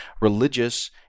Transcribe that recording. religious